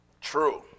True